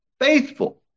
faithful